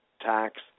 tax